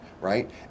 right